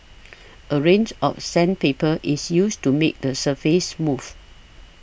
a range of sandpaper is used to make the surface smooth